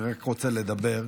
אני רק רוצה לדבר.